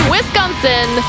Wisconsin